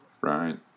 Right